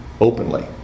openly